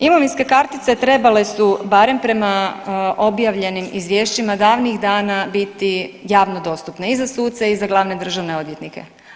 Imovinske kartice trebale su barem prema objavljenim izvješćima davnih dana biti javno dostupne i za suce i za glavne državne odvjetnike.